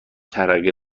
ترقه